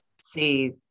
see